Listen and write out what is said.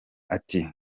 ati